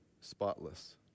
spotless